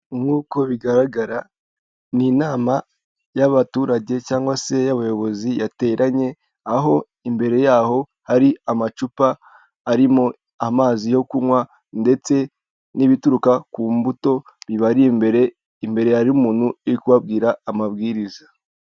Nk'uko bigaragara ni inama y'abaturage cyangwa se y'abayobozi yateranye aho imbere y'aho hari amacupa arimo amazi yo kunywa ndetse n'ibituruka ku mbuto bibari imbere, imbere hari umuntu uri kubabwira amabwiriza.